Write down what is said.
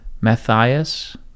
Matthias